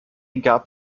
gab